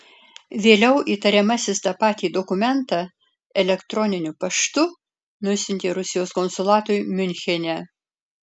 vėliau įtariamasis tą patį dokumentą elektroniniu paštu nusiuntė rusijos konsulatui miunchene